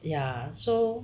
ya so